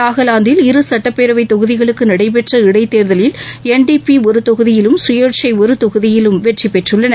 நாகாலாந்தில் இரு சட்டப் பேரவைத் தொகுதிகளுக்கு நடைபெற்ற இடைத் தேர்தலில் என் டி பி ஒரு தொகுதியிலும் சுயேட்சை ஒரு தொகுதியிலும் வெற்றி பெற்றுள்ளன